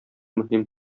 мөһим